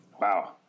Wow